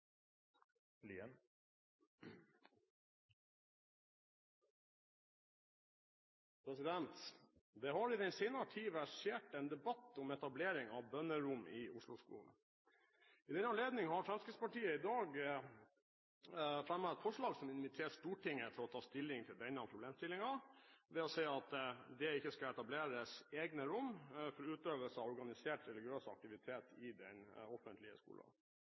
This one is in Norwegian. i. Det har i den senere tid versert en debatt om etablering av bønnerom i Osloskolen. I den anledning har Fremskrittspartiet i dag fremmet et forslag som inviterer Stortinget til å ta stilling til denne problemstillingen, ved å si at det ikke skal etableres egne rom for utøvelse av organisert religiøs aktivitet i den